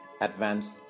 advanced